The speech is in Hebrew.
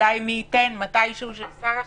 אולי מי ייתן מתי שהוא של שר החינוך,